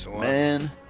man